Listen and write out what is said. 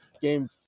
game